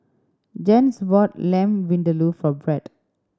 Jens bought Lamb Vindaloo for Brett